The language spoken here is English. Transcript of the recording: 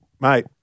Mate